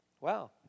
Wow